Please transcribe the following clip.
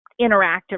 interactive